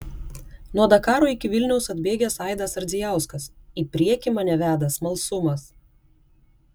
nuo dakaro iki vilniaus atbėgęs aidas ardzijauskas į priekį mane veda smalsumas